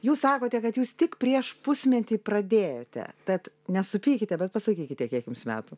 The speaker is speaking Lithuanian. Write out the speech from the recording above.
jūs sakote kad jūs tik prieš pusmetį pradėjote tad nesupykite bet pasakykite kiek jums metų